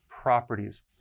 Properties